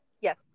Yes